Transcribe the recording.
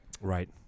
right